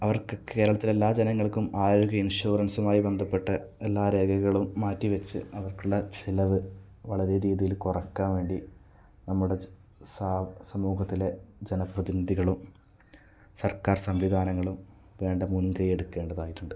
അവർക്ക് കേരളത്തിലെ എല്ലാ ജനങ്ങൾക്കും ആരോഗ്യ ഇൻഷുറൻസുമായി ബന്ധപ്പെട്ട് എല്ലാ രേഖകളും മാറ്റി വച്ച് അവർക്കുള്ള ചിലവ് വളരെ രീതിയിൽ കുറയ്ക്കാൻ വേണ്ടി നമ്മുടെ സ സമൂഹത്തിലെ ജനപ്രതിനിധികളും സർക്കാർ സംവിധാനങ്ങളും വേണ്ട മുൻകൈ എടുക്കേണ്ടതായിട്ടുണ്ട്